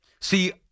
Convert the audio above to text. See